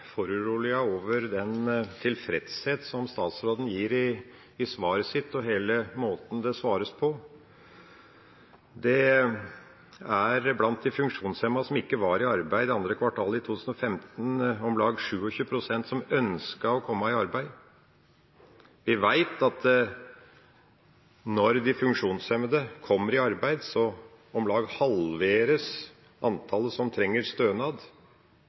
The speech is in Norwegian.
over den tilfredshet som statsråden gir i svaret sitt, og hele måten det svares på. Det er blant de funksjonshemmede som ikke var i arbeid i andre kvartal 2015, om lag 27 pst. som ønsker å komme i arbeid. Vi vet at når de funksjonshemmede kommer i arbeid, om lag halveres antallet som trenger stønad.